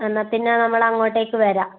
എന്നാൽ പിന്നെ നമ്മളങ്ങോട്ടേക്ക് വരാം